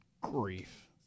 grief